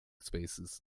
spaces